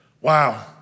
Wow